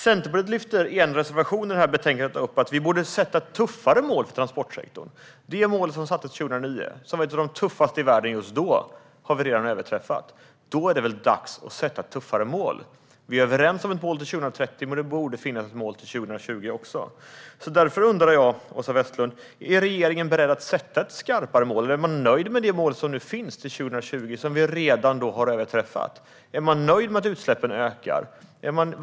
I en reservation i detta betänkande lyfter Centerpartiet upp att vi borde sätta tuffare mål för transportsektorn. Det mål som sattes upp 2009, som var ett av de tuffaste i världen just då, har vi redan överträffat. Då är det väl dags att sätta ett tuffare mål! Vi är överens om ett mål till 2030, men det borde finnas ett mål även till 2020. Därför undrar jag, Åsa Westlund: Är regeringen beredd att sätta ett skarpare mål, eller är man nöjd med det mål som finns till 2020, som vi redan har överträffat? Är man nöjd med att utsläppen ökar?